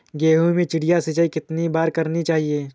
गेहूँ में चिड़िया सिंचाई कितनी बार करनी चाहिए?